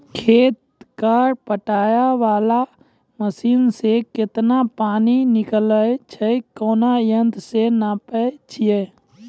खेत कऽ पटाय वाला मसीन से केतना पानी निकलैय छै कोन यंत्र से नपाय छै